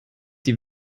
die